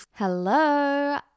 Hello